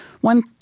One